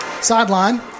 Sideline